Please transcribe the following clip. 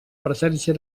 presència